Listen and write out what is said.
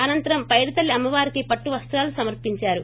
అనంతరం పైడితల్లి అమ్మవారికి పట్టు వస్తాలు సమర్పించారు